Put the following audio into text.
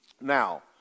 Now